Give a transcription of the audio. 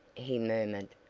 he murmured,